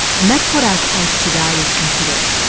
and that's what our case today is considering.